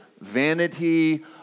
vanity